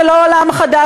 זה לא עולם חדש,